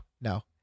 no